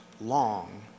long